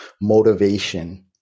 motivation